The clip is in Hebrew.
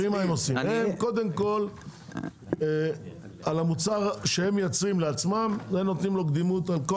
הם קודם כל על המוצר שהם מייצרים לעצמם הם נותנים לו קדימות על כל